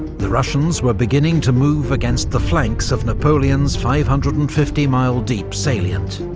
the russians were beginning to move against the flanks of napoleon's five hundred and fifty mile-deep salient.